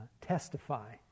testify